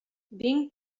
vinc